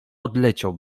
odleciał